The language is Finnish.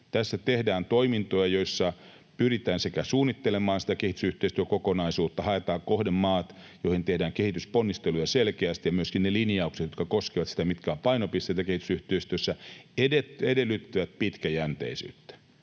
Tässä tehdään toimintoja, joissa pyritään sekä suunnittelemaan sitä kehitysyhteistyökokonaisuutta, hakemaan kohdemaat, joihin tehdään kehitysponnisteluja selkeästi, että tekemään myöskin ne linjaukset, jotka koskevat sitä, mitkä ovat painopisteitä kehitysyhteistyössä, ja ne edellyttävät pitkäjänteisyyttä.